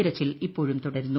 തിരച്ചിൽ ഇപ്പോഴും തുടരുന്നു